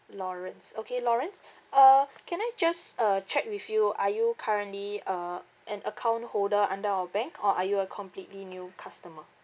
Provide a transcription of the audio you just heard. lawrence okay lawrence uh can I just uh check with you are you currently uh an account holder under our bank or are you a completely new customer